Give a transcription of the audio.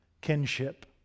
kinship